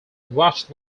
watch